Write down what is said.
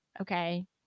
okay